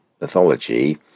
mythology